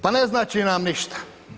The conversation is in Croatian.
Pa ne znači nam ništa.